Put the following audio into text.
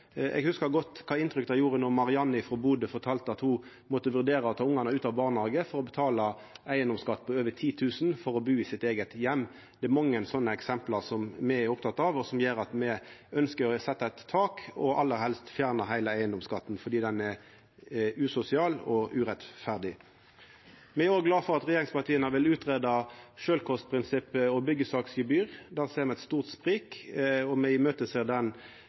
Eg hugsar godt kva inntrykk det gjorde då Mariann frå Bodø fortalte at ho måtte vurdera å ta ungane ut av barnehagen for å betala eigedomsskatt på over 10 000 kr for å bu i sin eigen heim. Det er mange sånne eksempel som me er opptekne av, og som gjer at me ønskjer å setja eit tak – og aller helst fjerna heile eigedomsskatten, fordi han er usosial og urettferdig. Me er òg glade for at regjeringspartia vi greia ut sjølvkostprinsippet og byggesaksgebyr. Der ser me eit stort sprik, og me ser i møte den